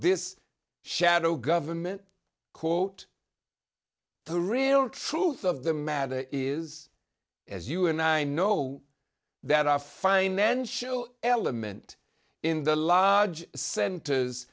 this shadow government quote the real truth of the matter is as you and i know that our financial element in the lodge centers